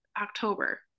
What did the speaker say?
October